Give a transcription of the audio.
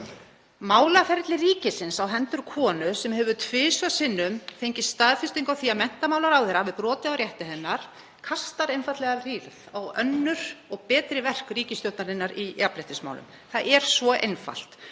Málaferli ríkisins á hendur konu sem hefur tvisvar sinnum fengið staðfestingu á því að menntamálaráðherra hafi brotið á rétti hennar kasta einfaldlega rýrð á önnur og betri verk ríkisstjórnarinnar í jafnréttismálum. Það er svo einfalt.